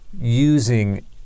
using